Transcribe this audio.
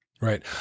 Right